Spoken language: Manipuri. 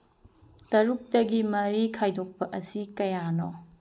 ꯇꯔꯨꯛꯇꯒꯤ ꯃꯔꯤ ꯈꯥꯏꯗꯣꯛꯄ ꯑꯁꯤ ꯀꯌꯥꯅꯣ